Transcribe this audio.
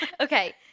Okay